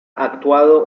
actuado